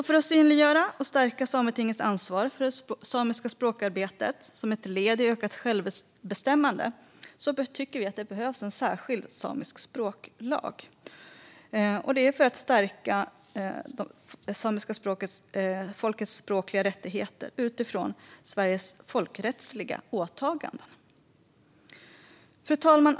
För att synliggöra och stärka Sametingets ansvar för det samiska språkarbetet som ett led i ökat självbestämmande för det samiska folket tycker vi att det behövs en särskild samisk språklag för att stärka det samiska folkets språkliga rättigheter utifrån Sveriges folkrättsliga åtaganden. Fru talman!